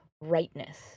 rightness